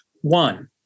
One